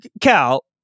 cal